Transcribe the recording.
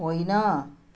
होइन